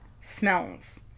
smells